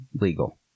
legal